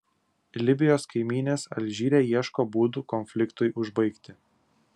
libijos kaimynės alžyre ieško būdų konfliktui užbaigti